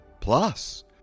Plus